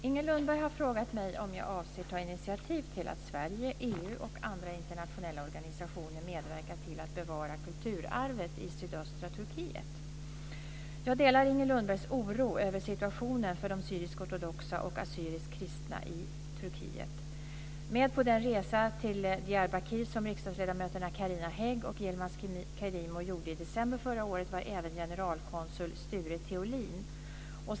Inger Lundberg har frågat mig om jag avser att ta initiativ till att Sverige, EU och andra internationella organisationer medverkar till att bevara kulturarvet i sydöstra Turkiet. Jag delar Inger Lundbergs oro över situationen för de syrisk-ortodoxa och assyriskt kristna i Turkiet. Med på den resa till Diyarbakir som riksdagsledamöterna Carina Hägg och Yilmaz Kerimo gjorde i december förra året var även generalkonsul Sture Theolin.